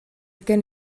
gen